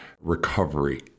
recovery